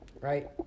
right